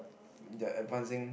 they're advancing